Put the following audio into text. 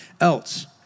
else